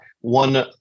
one